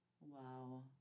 Wow